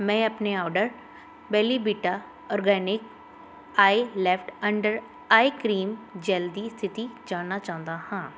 ਮੈਂ ਆਪਣੇ order Valleybeta organic eye lift under eye cream gel ਦੀ ਸਥਿਤੀ ਜਾਣਨਾ ਚਾਹੁੰਦਾ ਹਾਂ